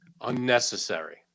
Unnecessary